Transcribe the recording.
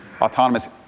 autonomous